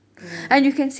oh